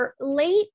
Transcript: late